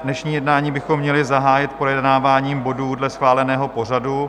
Dnešní jednání bychom měli zahájit projednáváním bodů dle schváleného pořadu.